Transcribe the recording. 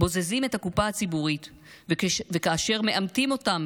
בוזזים את הקופה הציבורית וכאשר מעמתים אותם